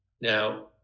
Now